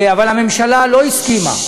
אבל הממשלה לא הסכימה,